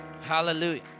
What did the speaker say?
Hallelujah